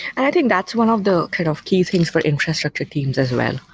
i think that's one of the kind of key things for infrastructure teams as well.